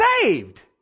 saved